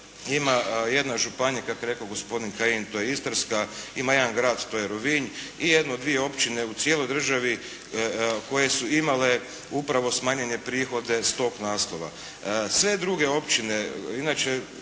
ima jedna županija, kako je rekao gospodin Kajin, to je Istarska, ima jedan grad, to je Rovinj i jedno dvije općine u cijeloj državi koje su imale upravo smanjene prihode s tog naslova. Sve druge općine, inače